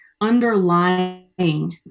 underlying